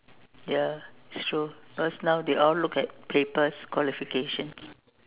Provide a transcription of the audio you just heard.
ya it's true cause now they all look at papers qualification